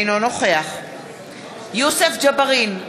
אינו נוכח יוסף ג'בארין,